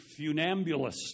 funambulist